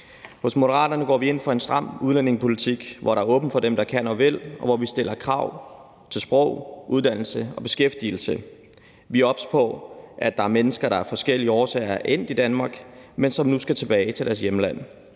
I Moderaterne går vi ind for en stram udlændingepolitik, hvor der er åbent for dem, der kan og vil, og hvor vi stiller krav til sprog, uddannelse og beskæftigelse. Vi er obs på, at der er mennesker, der af forskellige årsager er endt i Danmark, men som nu skal tilbage til deres hjemland.